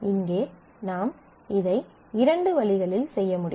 இங்கே நாம் இதை இரண்டு வழிகளில் செய்ய முடியும்